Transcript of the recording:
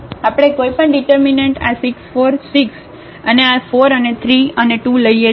આપણે કોઈપણ ડિટર્મિનન્ટ આ 6 4 6 અને આ 4 અને 3 અને 2 લઈએ છીએ